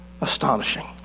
Astonishing